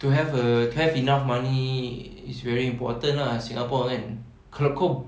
to have a to have enough money is very important lah singapore kan kalau kau